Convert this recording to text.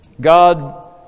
God